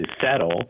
settle